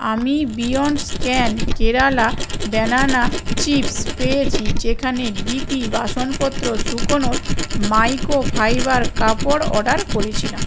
আমি বিয়ন্ড স্ক্যান্ড Kerala banana chips পেয়েছি যেখানে ডিপি বাসনপত্র শুকোনোর মাইক্রোফাইবার কাপড় অর্ডার করেছিলাম